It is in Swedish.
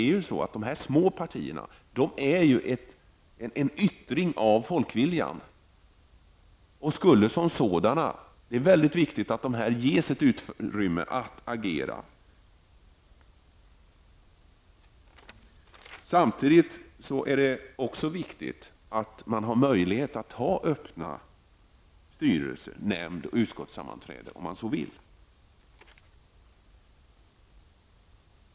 De små partierna är ju en yttring av folkviljan. Det är mycket viktigt att småpartierna får ett utrymme, så att de kan agera. Dessutom är det viktigt att man har möjlighet att ha öppna styrelse-, nämnd och utskottssammanträden, om man så vill.